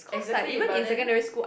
exactly but then